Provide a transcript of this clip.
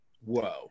whoa